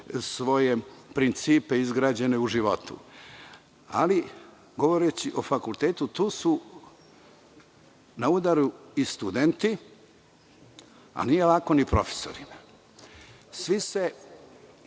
svoje principe izgrađene u životu. Ali, govoreći o fakultetu, na udaru su i studenti, a nije lako ni profesorima. Svi se